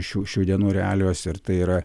šių šių dienų realijos ir tai yra